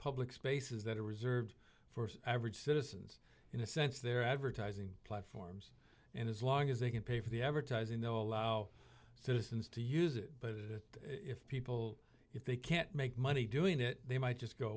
public spaces that are reserved for average citizens in a sense they're advertising platforms and as long as they can pay for the advertising the allow citizens to use it but if people if they can't make money doing it they might just go